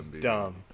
dumb